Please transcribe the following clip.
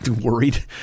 worried